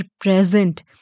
present